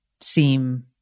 seem